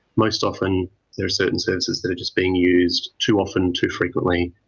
most often there are certain services that are just being used too often, too frequently,